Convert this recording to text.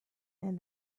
and